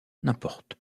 n’importe